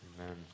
amen